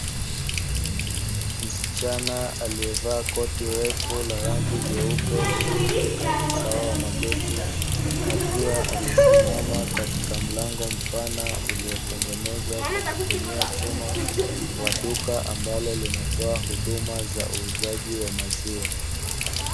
Msichana aliyevaa koti refu la rangi jeupe linalofika usawa wa magoti, akiwa amesimama katika mlango mpana uliotengenezwa kwa kutumia chuma wa duka ambalo linatoa huduma za uuzaji wa maziwa.